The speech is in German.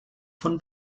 von